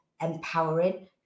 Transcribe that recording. empowering